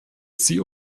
sie